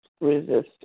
resistance